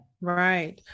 Right